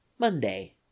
Monday